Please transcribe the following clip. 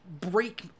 break